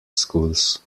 schools